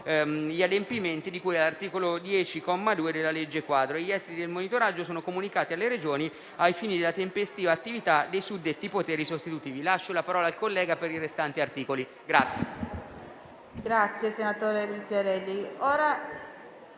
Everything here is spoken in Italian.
gli adempimenti di cui all'articolo 10, comma 2, della legge quadro. Gli esiti del monitoraggio sono comunicati alle Regioni ai fini della tempestiva attività dei suddetti poteri sostitutivi. Lascio la parola al collega Quarto per illustrare